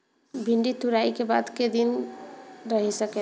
भिन्डी तुड़ायी के बाद क दिन रही सकेला?